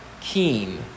keen